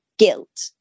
guilt